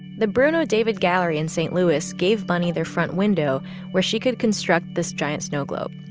the bruno david gallery in st. lewis gave money their front window where she could construct this giant snow globe.